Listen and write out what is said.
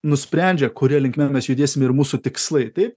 nusprendžia kuria linkme mes judėsim ir mūsų tikslai tai